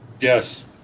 Yes